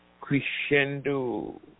Crescendo